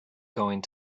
going